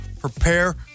prepare